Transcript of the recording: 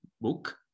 book